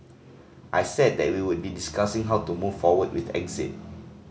I said that we would be discussing how to move forward with exit